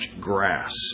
grass